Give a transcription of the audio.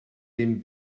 dim